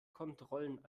kontrollen